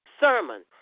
sermon